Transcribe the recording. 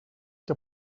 que